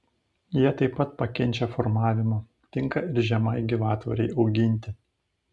jie taip pat pakenčia formavimą tinka ir žemai gyvatvorei auginti